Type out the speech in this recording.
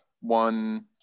one